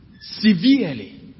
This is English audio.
severely